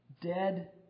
dead